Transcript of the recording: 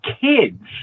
kids